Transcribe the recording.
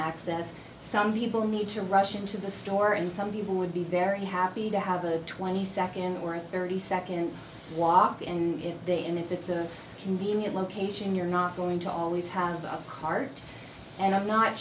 access some people need to rush into the store and some people would be very happy to have a twenty second or a thirty second walk and if they and if it's a convenient location you're not going to always have a cart and i'm not